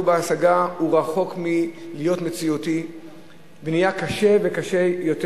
בר-השגה רחוק מלהיות מציאותי ונהיה קשה וקשה יותר,